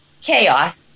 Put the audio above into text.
Chaos